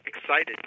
excited